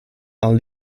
are